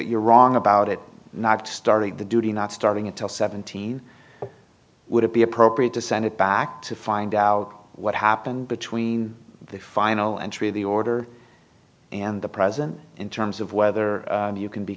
you're wrong about it not starting the duty not starting until seventeen would it be appropriate to send it back to find out what happened between the final entry of the order and the present in terms of whether you can be